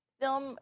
film